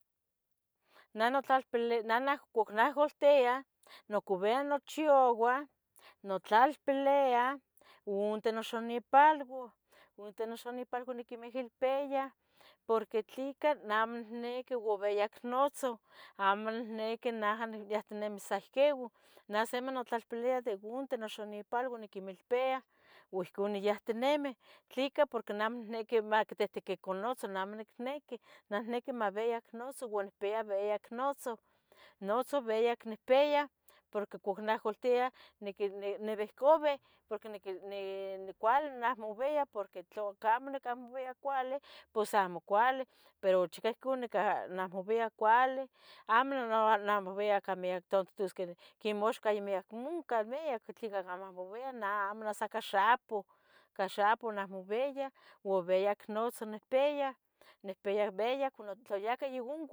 Neh conahcoltia, nocovia nochouan, notlalpeleya omenten noxonepaluan, omen noxonepaluan niquimehelpeya porqui tlica amo nicniqui viviyac notzon, amo nicniqui naja niyahtinimis san ihquiuah, nah simi notlalpeleya ica onten noxonepaluan niquimelpea guohcon niyahtenemi, tlica porque amo nicniqui mactehtequican notzon, amo nicniqui. Neh niqui maviyac notzon uan piya viyac notzon. Notzon viyac nicpeya porque ihcuac nahcoltia nivehcavi porque cuali nahmovia porque tlacamo nicahmovia cuali pos amo cualih nimahmovia cuali, amo nahmouia quen ictosqueh quemeh axan cah miyac oncan, tli ica mahmouia, neh amo nah mouia sa ica xapoh, ica xapoh nahmovia uo viyac notzon nicpiyaya, nicpiya veyac tla yacah yovac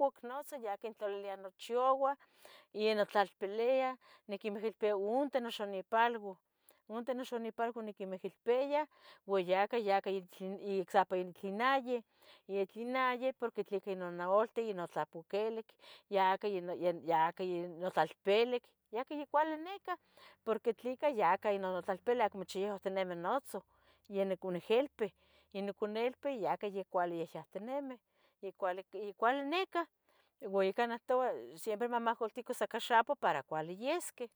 oncan notzon, niquintlaleleya nocxeua, ya notlalpeleya ya quimihilpiya onten noxinepaluan. Onten noxinepaluan niquimehelpeya uan yacah yacah esitacion… tlen nayi, ya tlin ayi, ¿tleca? porque yacah notlapelic, notlalpelic, yacah yacuali yahtinime, porqui ¿tlica? yacah notlalpelic acmo chiyautinimi notzon yoniconihilpeh, yonoconilpih yaca ya cuali yahtenemi, ya cuali necah uan canehtoua san mahcolticos ica xapoh para cuali yisqui.